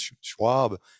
Schwab